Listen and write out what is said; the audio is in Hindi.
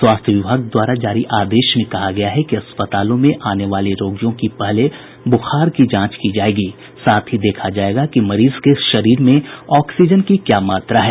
स्वास्थ्य विभाग द्वारा जारी आदेश में कहा गया है कि अस्पतालों में आने वाले रोगियों की पहले बुखार की जांच की जायेगी साथ ही देखा जायेगा कि मरीज के शरीर में ऑक्सीजन की क्या मात्रा है